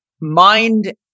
mind